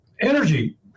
energy